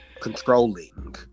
controlling